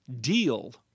Deal